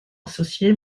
associé